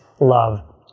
love